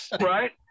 right